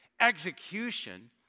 execution